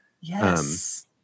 Yes